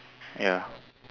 ya